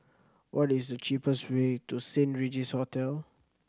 what is the cheapest way to Saint Regis Hotel